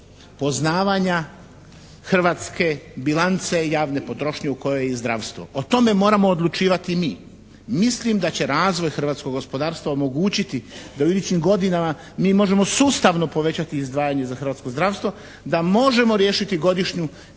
poznavanja hrvatske bilance i javne potrošnje u kojoj je i zdravstvo. O tome moramo odlučivati mi. Mislim da će razvoj hrvatskog gospodarstva omogućiti da u idućim godinama mi možemo sustavno povećati izdvajanje za hrvatsko zdravstvo, da možemo riješiti godišnju kroničnu